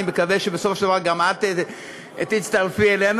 אני מקווה שבסופו של דבר גם את תצטרפי אלינו,